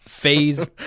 Phase